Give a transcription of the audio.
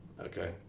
Okay